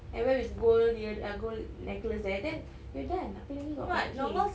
and wear with the gold earri~ ah gold necklace there then you're done apa lagi kau nak fikir